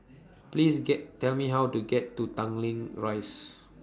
Please get Tell Me How to get to Tanglin Rise